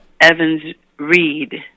Evans-Reed